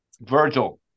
Virgil